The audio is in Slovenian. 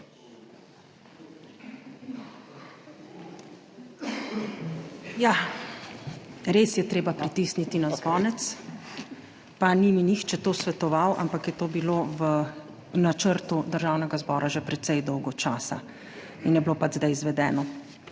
res je treba pritisniti na zvonec, pa ni mi nihče tega svetoval, ampak je to bilo v načrtu Državnega zbora že precej dolgo časa in je bilo pač zdaj izvedeno,